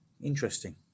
Interesting